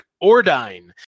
Ordine